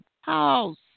house